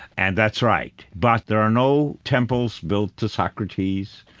and that's right. but there are no temples built to socrates.